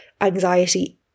anxiety